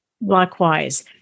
Likewise